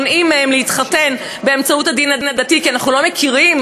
מונעים מהם להתחתן באמצעות הדין הדתי כי אנחנו לא מכירים